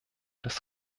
des